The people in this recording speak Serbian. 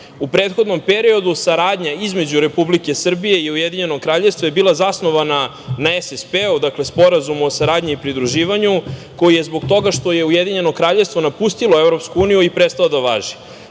U prethodnom periodu saradnja između Republike Srbije i Ujedinjenog Kraljevstva je bila zasnovana na SSP-u, dakle, Sporazumu o saradnji i pridruživanju, koji je zbog toga što je Ujedinjeno Kraljevstvo napustilo EU prestao da važi.